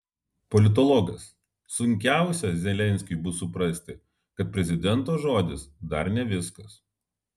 politologas sunkiausia zelenskiui bus suprasti kad prezidento žodis dar ne viskas